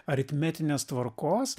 aritmetinės tvarkos